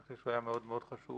אני חושב שהוא היה מאוד מאוד חשוב.